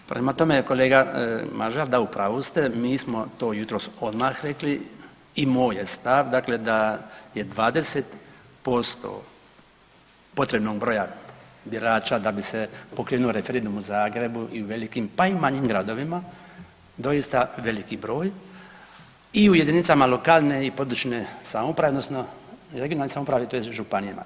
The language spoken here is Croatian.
Prema tome, kolega Mažar, da u pravu ste mi smo to jutros odmah rekli i moj je stav da je 20% potrebnog broja birača da bi se pokrenuo referendum u Zagrebu i u velikim, pa i u manjim gradovima doista veliki broj i u jedinice lokalne i područne samouprave odnosno regionalne samouprave tj. Županijama.